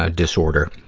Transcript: ah disorder.